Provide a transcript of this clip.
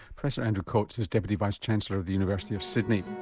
professor andrew coats is deputy vice chancellor of the university of sydney.